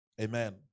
Amen